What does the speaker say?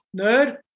nerd